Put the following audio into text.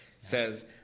says